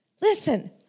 Listen